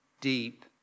deep